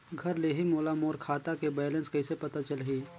घर ले ही मोला मोर खाता के बैलेंस कइसे पता चलही?